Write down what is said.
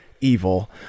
evil